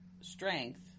strength